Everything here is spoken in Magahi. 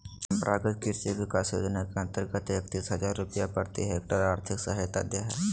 परम्परागत कृषि विकास योजना के अंतर्गत एकतीस हजार रुपया प्रति हक्टेयर और्थिक सहायता दे हइ